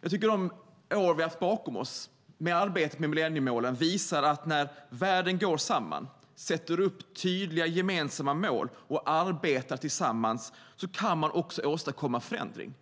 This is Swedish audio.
Jag tycker att de år vi har bakom oss med arbetet med millenniemålen visar att när världen går samman och sätter upp tydliga, gemensamma mål och arbetar tillsammans kan man också åstadkomma förändring. När